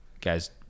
guys